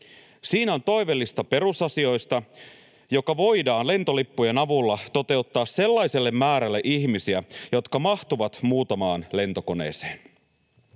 siinä on toivelista perusasioista, jotka voidaan lentolippujen avulla toteuttaa sellaiselle määrälle ihmisiä, jotka mahtuvat muutamaan lentokoneeseen.